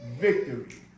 victory